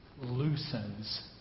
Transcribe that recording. loosens